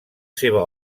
seva